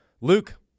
Luke